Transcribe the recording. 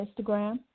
Instagram